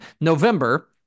November